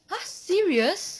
!huh! serious